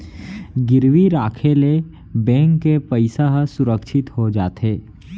गिरवी राखे ले बेंक के पइसा ह सुरक्छित हो जाथे